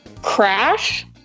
Crash